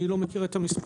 אני לא מכיר את המספרים.